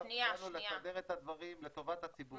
אל תשימי לי דברים בפה שלא אמרתי.